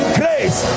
grace